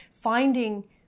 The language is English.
finding